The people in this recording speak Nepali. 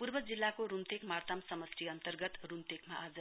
पूर्व जिल्लाक रुम्तेक मार्तम समस्टि अन्तर्गत रुम्तेकमा आज